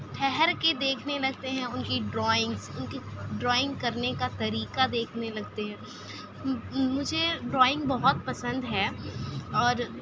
ٹھہر کے دیکھنے لگتے ہیں ان کی ڈرائنگس ان کی ڈرائنگ کرنے کا طریقہ دیکھنے لگتے ہیں مجھے ڈرائنگ بہت پسند ہے اور